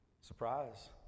Surprise